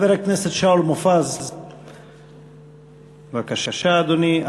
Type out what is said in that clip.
חבר הכנסת שאול מופז, בבקשה, אדוני.